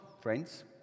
friends